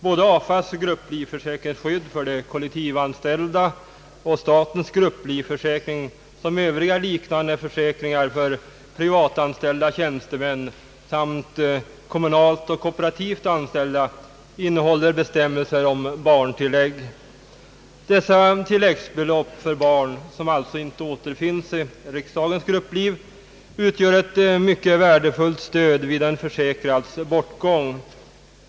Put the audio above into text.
Såväl AFA:s grupplivförsäkring för de kollektivavtalsanställda och statens grupplivförsäkring som övriga försäkringar för privatanställda tjänstemän eller kommunalt och kooperativt anställda innehåller bestämmelser om barntillägg. Dessa tilläggsbelopp för barn, som alltså inte återfinns i riksdagens grupplivförsäkring, utgör ett mycket värdefullt stöd vid en försäkrads bortgång.